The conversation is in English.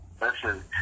Listen